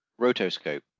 rotoscope